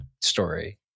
story